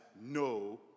no